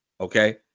Okay